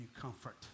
comfort